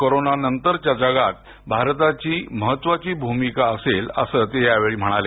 corona नंतरच्या जगात भारताची महत्वाची भूमिका असेल असं ते यावेळी म्हणाले